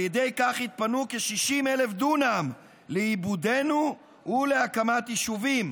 על ידי כך יתפנו כ-60,000 דונם לעיבודנו ולהקמת יישובים.